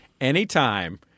anytime